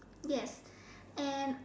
yes and